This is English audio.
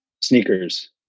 sneakers